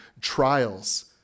trials